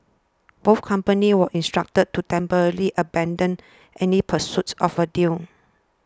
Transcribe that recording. both companies were instructed to temporarily abandon any pursuits of a deal